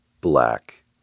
black